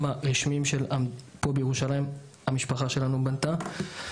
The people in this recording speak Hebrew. הרשמיים בירושלים המשפחה שלנו בנתה.